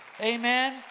Amen